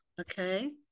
okay